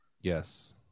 yes